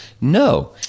No